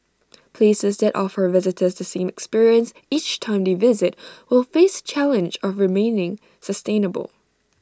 places that offer visitors the same experience each time they visit will face the challenge of remaining sustainable